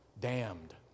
damned